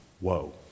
Whoa